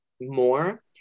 more